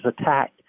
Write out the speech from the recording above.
attacked